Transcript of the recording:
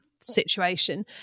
situation